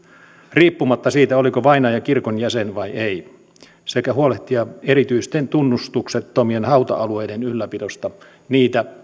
riippumatta siitä oliko vainaja kirkon jäsen vai ei sekä huolehtia erityisten tunnustuksettomien hauta alueiden ylläpidosta niitä